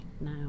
now